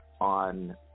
on